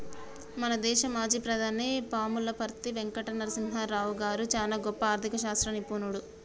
మన దేశ మాజీ ప్రధాని పాములపర్తి వెంకట నరసింహారావు గారు చానా గొప్ప ఆర్ధిక శాస్త్ర నిపుణుడు